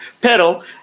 pedal